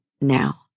now